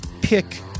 pick